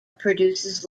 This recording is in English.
produces